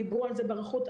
דיברו על זה באריכות,